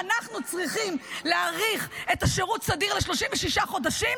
אנחנו צריכים להאריך את שירות הסדיר ל-36 חודשים,